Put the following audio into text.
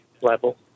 level